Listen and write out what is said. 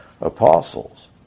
apostles